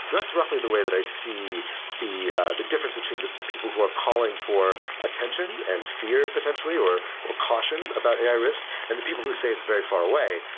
that's roughly the way that i see the the difference between the the people who are calling for attention and fear, potentially, or or caution about ai risk and the people who say it's very far away.